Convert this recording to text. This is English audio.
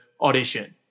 audition